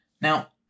Now